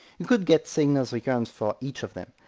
you could get segner's recurrence for each of them,